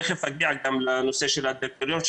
תיכף אגיע גם לנושא של הדירקטוריון,